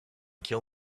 kill